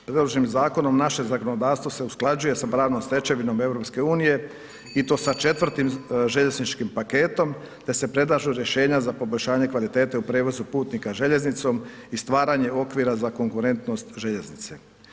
Predloženim zakonom naše zakonodavstvo se usklađuje sa pravnom stečevinom EU i to sa 4 željezničkim paketom te se predlažu rješenja za poboljšanje kvalitete u prijevozu putnika željeznicom i stvaranje okvira za konkurentnost željeznice.